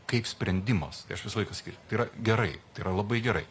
kaip sprendimas tai aš visą laiką sakysiu tai yra gerai tai yra labai gerai